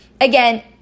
again